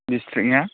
डिस्ट्रिकनिया